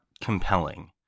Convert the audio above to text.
compelling